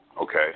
Okay